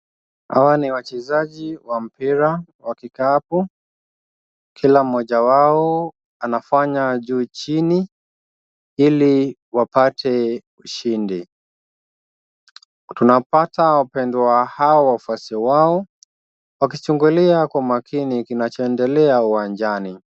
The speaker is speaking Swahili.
Hawa ni wachezaji wa mpira wa kikapu. Kila mmoja wao anafanya juu chini ili wapate ushindi. Tunapata wapendwa au wafuasi wao wakichungulia kwa makini kinachoendelea uwanjani.